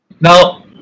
Now